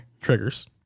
Triggers